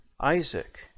Isaac